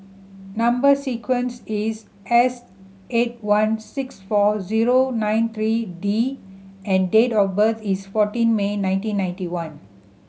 number sequence is S eight one six four zero nine three D and date of birth is fourteen May nineteen ninety one